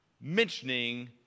mentioning